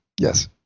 Yes